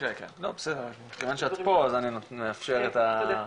כן כן, בסדר, מכיוון שאת פה, אני מאפשר את הזכות.